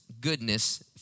goodness